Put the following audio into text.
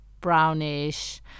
brownish